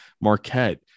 Marquette